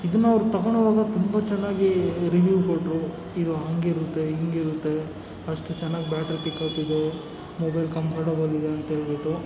ಇದನ್ನವ್ರು ತೊಗೊಳೋವಾಗ ತುಂಬ ಚೆನ್ನಾಗಿ ರಿವ್ಯೂವ್ ಕೊಟ್ಟರು ಇದು ಹಂಗಿರುತ್ತೆ ಹಿಂಗಿರುತ್ತೆ ಅಷ್ಟು ಚೆನ್ನಾಗಿ ಬ್ಯಾಟ್ರಿ ಪಿಕಪ್ಪಿದೆ ಮೊಬೈಲ್ ಕಂಫರ್ಟಬಲಿದೆ ಅಂತೇಳ್ಬಿಟ್ಟು